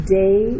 day